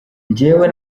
njyewe